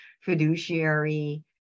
fiduciary